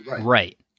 right